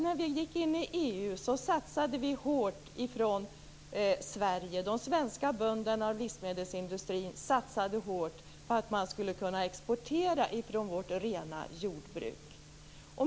När vi gick in i EU satsade vi hårt från svensk sida. De svenska bönderna och livsmedelsindustrin satsade hårt på att kunna exportera från vårt rena jordbruk.